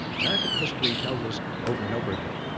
american history tells us over and over again,